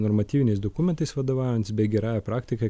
normatyviniais dokumentais vadovaujantis bei gerąja praktika